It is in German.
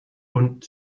und